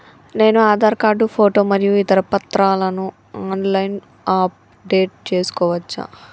నేను Aadhaar card photo మరియు ఇతర పత్రాలను ఆన్ లైన్ అప్ డెట్ చేసుకోవచ్చా?